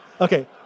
Okay